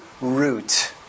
root